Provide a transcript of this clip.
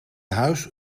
huis